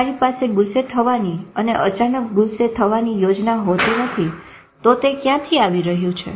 તમારી પાસે ગુસ્સે થવાની અને અચાનક ગુસ્સે થવાની યોજના હોતી નથી તે ક્યાંથી આવી રહ્યું છે